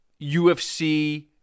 UFC